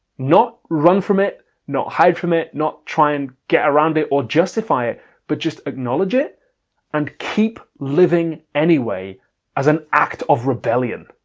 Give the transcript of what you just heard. not run from it, not hide from it, not try and get around it or justify it but just acknowledge it and keep living anyway as an act of rebellion.